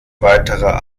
weiterer